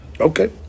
okay